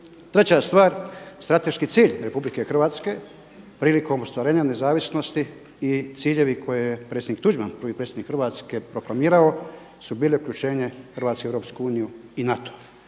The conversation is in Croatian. Treća stvar, strateški cilj Republike Hrvatske prilikom ostvarenje nezavisnosti i ciljevi koje je predsjednik Tuđman prvi Predsjednik Hrvatske proklamirao su bile uključenje Hrvatske u Europsku uniju i NATO.